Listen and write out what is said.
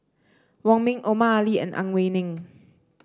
Wong Ming Omar Ali and Ang Wei Neng